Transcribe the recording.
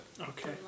Okay